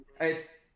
It's-